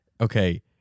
okay